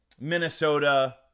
Minnesota